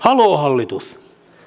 haloo hallitus